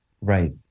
right